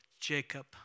Jacob